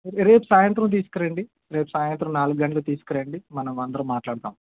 రే రేపు సాయంత్రం తీసుకురండి రేపు సాయంత్రం నాలుగు గంటలకు తీసుకురండి మనం అందరం మాట్లాడుదాం